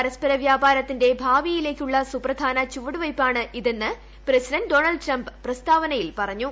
പരസ്പര വ്യാപാരത്തിന്റെ ഭാവിയിലേക്കുള്ള സുപ്രധാന ചുവടുവയ്പ്പാണ് ഇതെന്ന് പ്രസിഡന്റ് ഡോണൾഡ് ട്രംപ് പ്രസ്താവനയിൽ പറഞ്ഞു